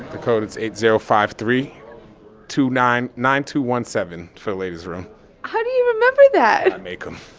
the code is eight zero five three two nine nine two one seven for the ladies' room how do you remember that? i make them.